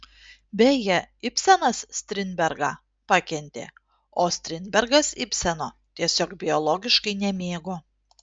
beje ibsenas strindbergą pakentė o strindbergas ibseno tiesiog biologiškai nemėgo